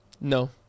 No